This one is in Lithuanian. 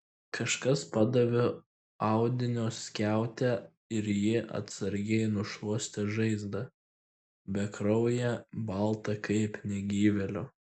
kažkas padavė audinio skiautę ir ji atsargiai nušluostė žaizdą bekrauję baltą kaip negyvėlio